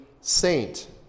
saint